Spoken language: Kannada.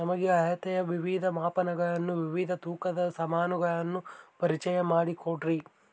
ನಮಗೆ ಅಳತೆಯ ವಿವಿಧ ಮಾಪನಗಳನ್ನು ವಿವಿಧ ತೂಕದ ಸಾಮಾನುಗಳನ್ನು ಪರಿಚಯ ಮಾಡಿಕೊಡ್ರಿ?